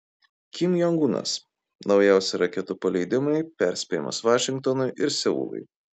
kim jong unas naujausi raketų paleidimai perspėjimas vašingtonui ir seului